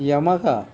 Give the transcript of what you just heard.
Yamaha